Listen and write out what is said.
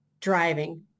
driving